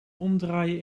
omdraaien